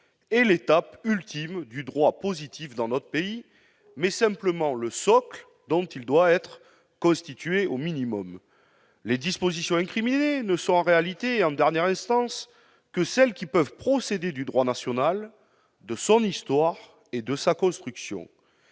et l'étape ultime du droit positif dans notre pays, mais simplement le socle dont il doit être constitué au minimum. Les dispositions incriminées ne sont en réalité et en dernière instance que celles qui peuvent procéder du droit national, de son histoire et de sa construction.